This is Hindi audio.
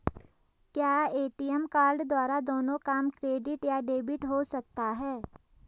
क्या ए.टी.एम कार्ड द्वारा दोनों काम क्रेडिट या डेबिट हो सकता है?